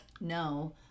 No